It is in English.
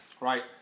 Right